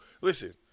Listen